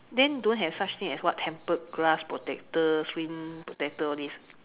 then don't have such thing as what tempered glass protector screen protector all these